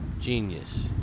Genius